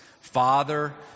Father